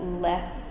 less